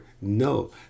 No